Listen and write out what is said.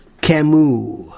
Camus